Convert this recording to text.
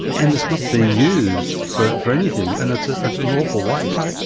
and it's not being used for for anything, and it's ah it's an awful waste.